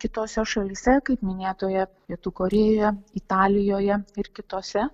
kitose šalyse kaip minėtoje pietų korėjoje italijoje ir kitose